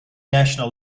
national